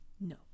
no